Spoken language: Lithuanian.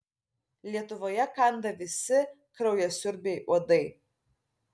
lietuvoje kanda visi kraujasiurbiai uodai